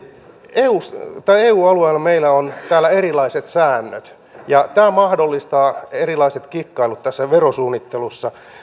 eu alueella meillä on täällä erilaiset säännöt ja tämä mahdollistaa erilaiset kikkailut tässä verosuunnittelussa